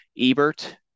Ebert